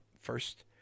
First